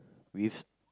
with